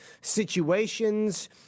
situations